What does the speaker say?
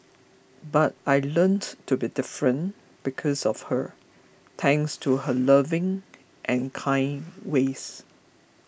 but I learnt to be different because of her thanks to her loving and kind ways